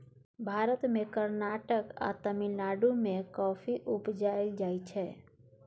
भारत मे कर्नाटक, केरल आ तमिलनाडु मे कॉफी उपजाएल जाइ छै